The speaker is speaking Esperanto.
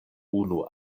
unu